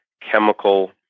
chemical